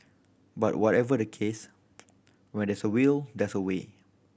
but whatever the case when there's a will there's a way